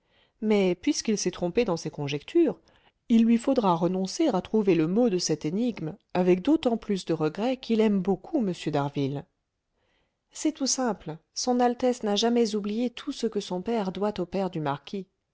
mais puisqu'il s'est trompé dans ses conjectures il lui faudra renoncer à trouver le mot de cette énigme avec d'autant plus de regret qu'il aime beaucoup m d'harville c'est tout simple son altesse n'a jamais oublié tout ce que son père doit au père du marquis